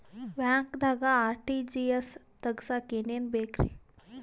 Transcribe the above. ಬ್ಯಾಂಕ್ದಾಗ ಆರ್.ಟಿ.ಜಿ.ಎಸ್ ತಗ್ಸಾಕ್ ಏನೇನ್ ಬೇಕ್ರಿ?